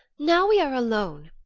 now we are alone,